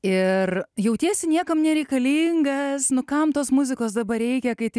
ir jautiesi niekam nereikalingas nu kam tos muzikos dabar reikia kai taip